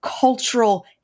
cultural